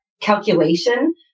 calculation